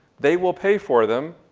they will pay for them,